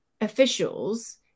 officials